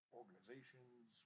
organizations